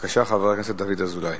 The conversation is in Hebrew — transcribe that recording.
בבקשה, חבר הכנסת דוד אזולאי.